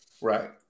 Right